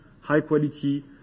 high-quality